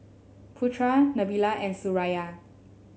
Putra Nabila and Suraya